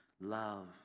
love